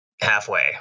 halfway